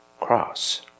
cross